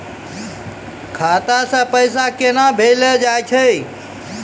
खाता से पैसा केना भेजलो जाय छै?